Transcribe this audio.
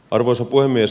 arvoisa puhemies